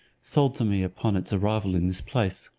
sold to me upon its arrival in this place.